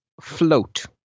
float